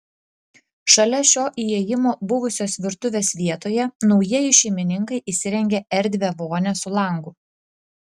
šalia šio įėjimo buvusios virtuvės vietoje naujieji šeimininkai įsirengė erdvią vonią su langu